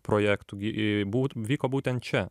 projektų gi būt vyko būtent čia